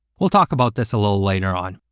we'll talk about this a little later on.